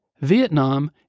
Vietnam